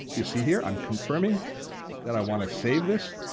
you see here i'm confirming that i want to save this,